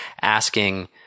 asking